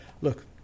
look